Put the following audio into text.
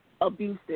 abusive